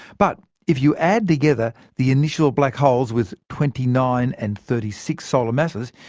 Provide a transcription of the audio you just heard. but if you add together the initial black holes with twenty nine and thirty six solar masses,